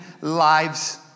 lives